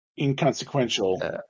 inconsequential